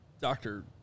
doctor